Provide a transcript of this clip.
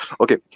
Okay